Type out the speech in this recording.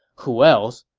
who else,